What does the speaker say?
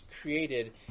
created